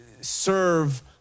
serve